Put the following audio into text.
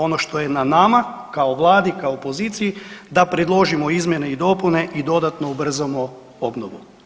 Ono što je na nama kao Vladi, kao poziciji, da predložimo izmjene i dopune i dodatno ubrzamo obnovu.